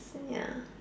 ya